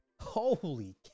Holy